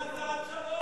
זו הצהרת שלום?